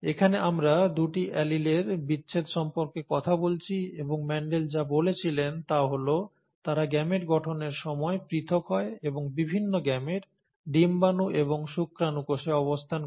এখানে আমরা দুটি অ্যালিলের বিচ্ছেদ সম্পর্কে কথা বলছি এবং মেন্ডেল যা বলেছিলেন তা হল তারা গেমেট গঠনের সময় পৃথক হয় এবং বিভিন্ন গেমেট ডিম্বাণু এবং শুক্রাণু কোষে অবস্থান করে